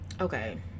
Okay